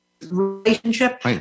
relationship